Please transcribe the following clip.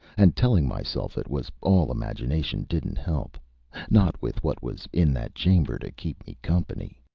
and telling myself it was all imagination didn't help not with what was in that chamber to keep me company.